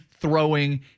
throwing